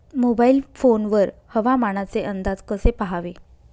Mobile phone वर हवामानाचे अंदाज कसे पहावे?